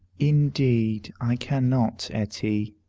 indeed i cannot, etty,